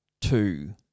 two